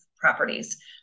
properties